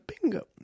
bingo